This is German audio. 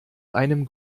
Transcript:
einem